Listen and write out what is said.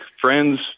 friends